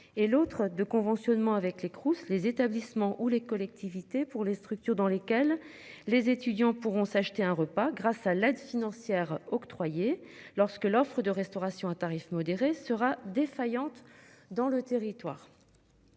Et l'autre de conventionnement avec les Crous les établissements ou les collectivités pour les structures dans lesquelles les étudiants pourront s'acheter un repas grâce à l'aide financière octroyée lorsque l'offre de restauration à tarifs modérés sera défaillante dans le territoire.